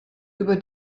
über